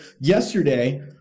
yesterday